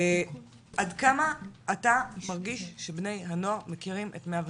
עד כמה אתה מרגיש שבני הנוער מכירים את 105?